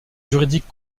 juridique